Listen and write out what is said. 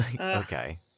Okay